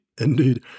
indeed